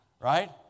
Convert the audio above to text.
Right